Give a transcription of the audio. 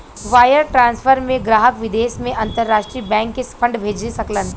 wire transfer में ग्राहक विदेश में अंतरराष्ट्रीय बैंक के फंड भेज सकलन